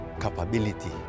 capability